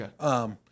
Okay